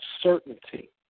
certainty